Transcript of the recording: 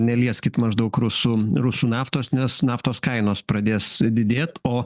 nelieskit maždaug rusų rusų naftos nes naftos kainos pradės didėt o